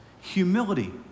Humility